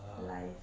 life